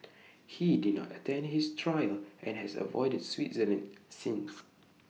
he did not attend his trial and has avoided Switzerland since